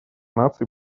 наций